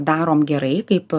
darom gerai kaip